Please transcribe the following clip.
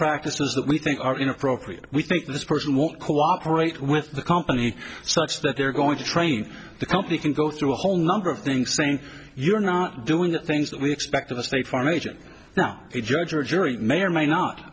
practices that we think are inappropriate we think this person won't cooperate with the company so much that they're going to train the company can go through a whole number of things saying you're not doing the things that we expect of the state farm agent now a judge or jury may or may not